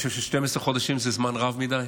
אני חושב ש-12 חודשים זה זמן רב מדי.